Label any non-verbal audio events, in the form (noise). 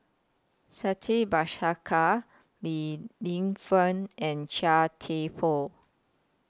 (unintelligible) Bhaskar Li Lienfung and Chia Thye Poh